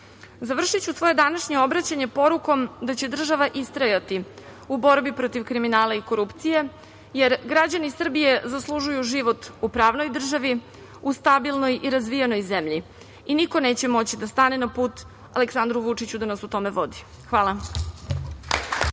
bude. Završiću svoje današnje obraćanje porukom da će država istrajati u borbi protiv kriminala i korupcije, jer građani Srbije zaslužuju život u pravnoj državi, u stabilnoj i razvijenoj zemlji, i niko neće moći da stane na put Aleksandru Vučiću da nas u tome vodi. Hvala.